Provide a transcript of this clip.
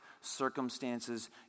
circumstances